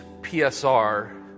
PSR